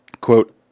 Quote